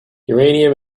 uranium